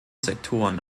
sektoren